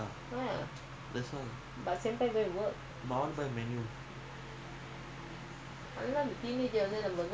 ஏற்கனவேஒருகேஸ்லபட்டு:yerkanave oru case laeh pattu every month I've been bringing you know to bail him bail sign